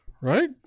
right